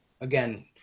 again